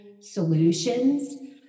solutions